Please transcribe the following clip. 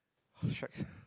stress